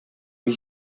wie